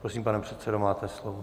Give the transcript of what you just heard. Prosím, pane předsedo, máte slovo.